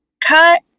cut